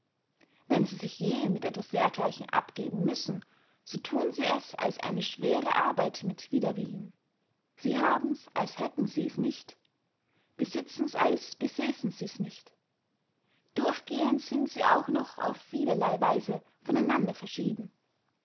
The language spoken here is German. wenn sie sich je mit etwas dergleichen abgeben müssen so thun sie es als eine schwere arbeit mit widerwillen sie habens als hätten sies nicht besitzens als besässen sies nicht durchgehends sind sie auch noch auf vielerley weise von einander verschieden